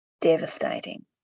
devastating